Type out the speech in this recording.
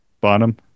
bottom